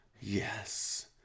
yes